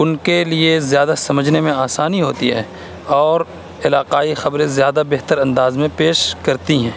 ان کے لیے زیادہ سمجھنے میں آسانی ہوتی ہے اور علاقائی خبریں زیادہ بہتر انداز میں پیش کرتی ہیں